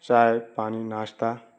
چائے پانی ناشتہ